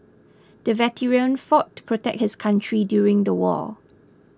the veteran fought to protect his country during the war